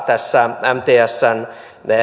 tässä mtsn